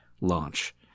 launch